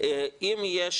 אם יש